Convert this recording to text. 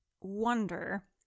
wonder